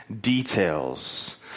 details